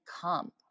come